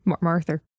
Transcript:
Martha